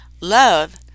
love